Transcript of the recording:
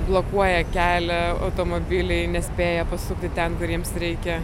blokuoja kelią automobiliai nespėja pasukti ten kur jiems reikia